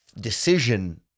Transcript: decision